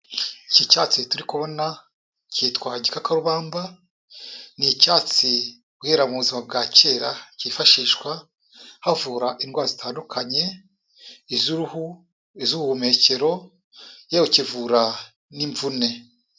Iki cyatsi turi kubona cyitwa igikarubamba, ni icyatsi guhera mu buzima bwa kera cyifashishwa havura indwara zitandukanye, iz'uruhu, iz'ubuhumekero, yewe kivura n'imvune.